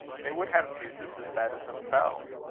they would have jesus as bad as themselves.